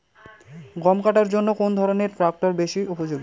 গম কাটার জন্য কোন ধরণের ট্রাক্টর বেশি উপযোগী?